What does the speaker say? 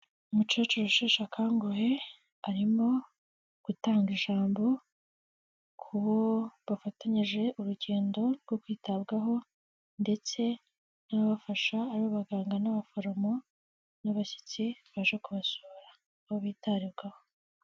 Umukecuru usheshe akanguhe, arimo gutanga ijambo ku bo bafatanyije urugendo rwo kwitabwaho ndetse n'abafasha ari baganga n'abaforomo n'abashyitsi baje kubasura bo bitabwaho.